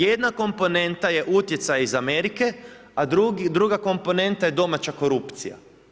Jedna komponenta je utjecaj iz Amerike, a druga komponenta je domaća korupcija.